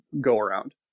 go-around